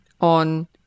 on